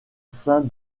sein